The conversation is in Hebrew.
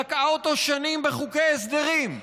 תקעה אותו שנים בחוקי הסדרים,